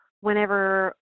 Whenever